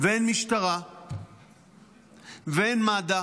ואין משטרה ואין מד"א.